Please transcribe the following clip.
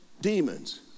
demons